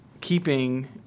keeping